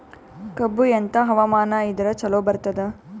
ಕಬ್ಬು ಎಂಥಾ ಹವಾಮಾನ ಇದರ ಚಲೋ ಬರತ್ತಾದ?